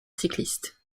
cycliste